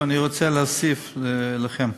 ואני רוצה להוסיף לכם: